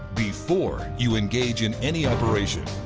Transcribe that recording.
before you engage in any operations,